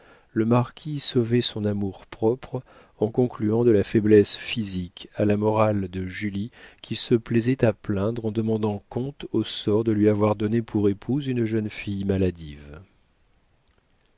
le marquis sauvait son amour-propre en concluant de la faiblesse physique à la faiblesse morale de julie qu'il se plaisait à plaindre en demandant compte au sort de lui avoir donné pour épouse une jeune fille maladive